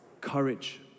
courage